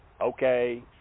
okay